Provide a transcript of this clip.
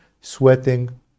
sweating